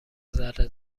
ذره